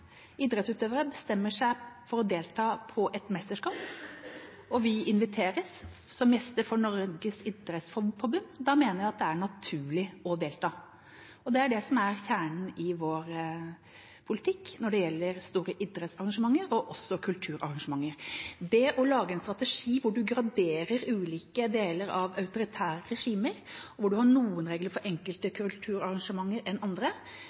idrettsutøvere bestemmer seg for å delta på et mesterskap og vi inviteres som gjester av Norges Idrettsforbund, mener jeg det er naturlig å delta. Det er det som er kjernen i vår politikk når det gjelder store idrettsarrangementer og også kulturarrangementer. Det å lage en strategi hvor man graderer ulike deler av autoritære regimer, hvor man har egne regler for